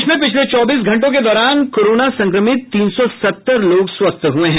प्रदेश में पिछले चौबीस घंटों के दौरान कोरोना संक्रमित तीन सौ सत्तर लोग स्वस्थ हुए हैं